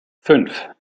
fünf